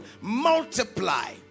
multiply